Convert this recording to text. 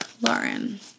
lauren